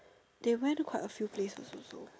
they went to quite a few places also